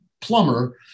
plumber